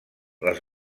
les